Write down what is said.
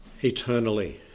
eternally